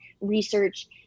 research